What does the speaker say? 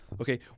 Okay